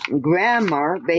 grammar